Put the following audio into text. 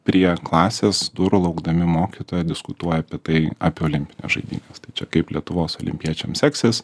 prie klasės durų laukdami mokytojo diskutuoja apie tai apie olimpines žaidynes tai čia kaip lietuvos olimpiečiam seksis